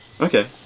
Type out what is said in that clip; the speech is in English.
Okay